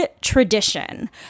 tradition